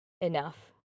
enough